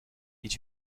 did